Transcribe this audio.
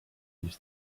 used